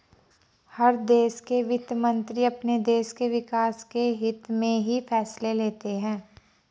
हर देश के वित्त मंत्री अपने देश के विकास के हित्त में ही फैसले लेते हैं